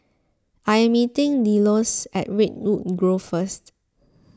I am meeting Delois at Redwood Grove first